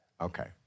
Okay